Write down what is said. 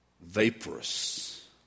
vaporous